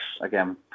again